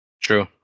True